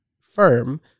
firm